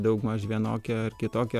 daugmaž vienokią ar kitokią